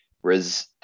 Whereas